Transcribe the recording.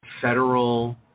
federal